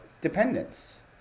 dependence